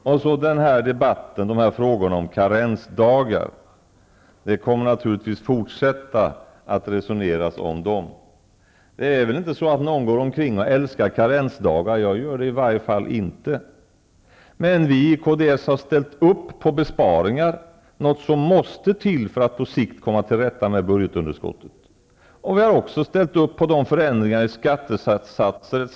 Och så debatten om karensdagarna. Man kommer naturligtvis att fortsätta att resonera om dem. Det är väl inte så, att någon går omkring och älskar karensdagarna. Jag gör det i varje fall inte. Men vi i Kds har ställt upp på besparingar, som ju måste till för att vi på sikt skall komma till rätta med budgetunderskottet. Vi har också ställt upp på de förändringar i skattesatser etc.